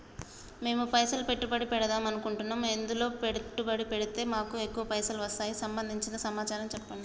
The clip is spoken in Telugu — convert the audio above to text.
మేము పైసలు పెట్టుబడి పెడదాం అనుకుంటే ఎందులో పెట్టుబడి పెడితే మాకు ఎక్కువ పైసలు వస్తాయి సంబంధించిన సమాచారం చెప్పండి?